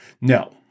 No